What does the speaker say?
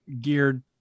geared